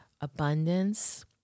abundance